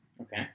Okay